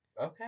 Okay